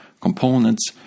components